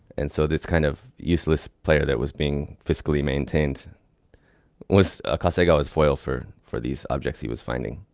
and so this kind of useless player that was being fiscally maintained was akasegawa's foil for for these objects he was finding.